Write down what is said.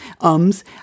ums